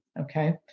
okay